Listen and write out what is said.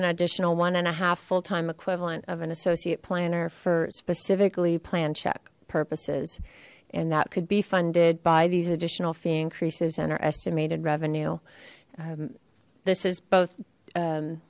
an additional one and a half full time equivalent of an associate planner for specifically plan check purposes and that could be funded by these additional fee increases and our estimated revenue this is both